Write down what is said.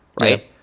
right